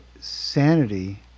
sanity